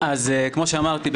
אז כמו שאמרתי,